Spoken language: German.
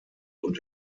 und